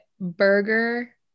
Burger